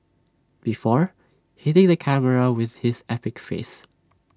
before hitting the camera with his epic face